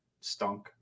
stunk